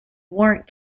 warrant